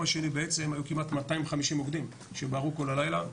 השני בעצם היו כמעט 250 מוקדים שבערו כל הלילה.